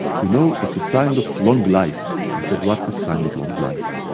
you know, it's a sign of long life. i said, what is sign of long life?